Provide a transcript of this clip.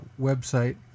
website